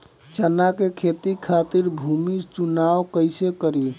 चना के खेती खातिर भूमी चुनाव कईसे करी?